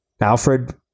Alfred